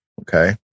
Okay